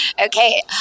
Okay